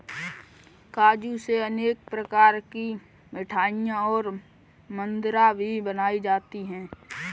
काजू से अनेक प्रकार की मिठाईयाँ और मदिरा भी बनाई जाती है